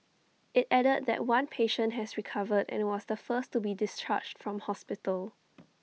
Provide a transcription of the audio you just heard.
IT added that one patient has recovered and was the first to be discharged from hospital